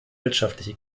wirtschaftliche